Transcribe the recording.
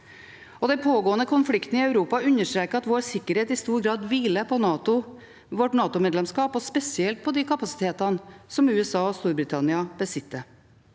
Den pågående konflikten i Europa understreker at vår sikkerhet i stor grad hviler på NATO, på vårt NATO-medlemskap, og spesielt på de kapasitetene som USA og Storbritannia besitter.